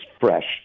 fresh